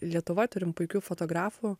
lietuvoj turime puikių fotografų